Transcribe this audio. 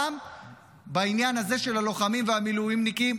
גם בעניין הזה של הלוחמים והמילואימניקים,